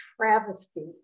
travesty